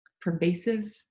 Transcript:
pervasive